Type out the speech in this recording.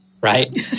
right